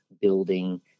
building